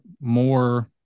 more